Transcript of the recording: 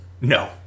no